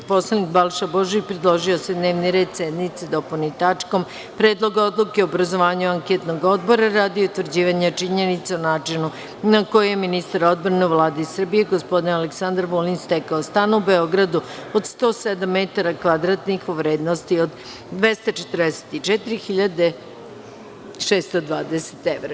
Narodni poslanik Balša Božović predložio je da se dnevni red sednice dopuni tačkom – Predlog odluke o obrazovanju Anketnog odbora radi utvrđivanja činjenica o načinu na koji je ministar odbrane u Vladi Srbije, gospodin Aleksandar Vulin, stekao stan u Beogradu od 107 metara kvadratnih u vrednosti od 244.620 evra.